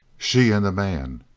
she and the man.